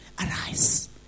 arise